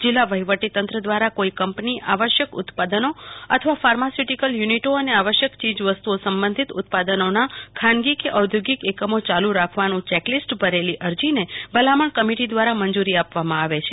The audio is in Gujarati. જીલ્લા વહીવટી તંત્ર દ્વારા કોઈ કંપની આવશ્યક ઉત્પાદનો આપવા ફાર્માસ્યુટીકલ યુનિટી અને આવશ્યક ચીજ વસ્તુઓ સંબંધિત ઉત્પાદનોના ક્લ્હાનગી કે ઔદ્યોગિક એકમો ચાલુ રાખવાનું ચેકલીસ્ટ ભરેલી અરજીને ભલામણ કમિટી દ્વારા મંજુરી આપવામાં આવે છે